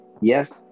Yes